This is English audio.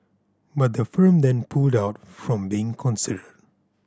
but the firm then pulled out from being considered